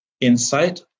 insight